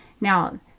Now